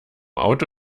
auto